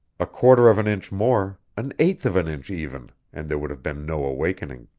a quarter of an inch more, an eighth of an inch even, and there would have been no awakening.